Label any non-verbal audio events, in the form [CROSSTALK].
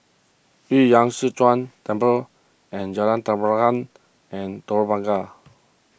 Yu [UNINTELLIGIBLE] Temple and Jalan Tenteram and Telok Blangah